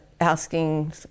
asking